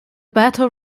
battle